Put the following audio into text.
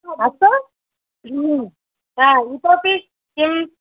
अस्तु इतोपि किम्